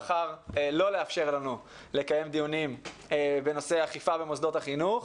בחר לא לאפשר לנו לקיים דיונים בנושא האכיפה במוסדות החינוך,